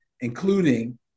including